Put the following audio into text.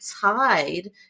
tied